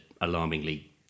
alarmingly